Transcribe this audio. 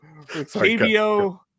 KBO